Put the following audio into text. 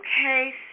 Okay